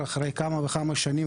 אחרי כמה וכמה שנים,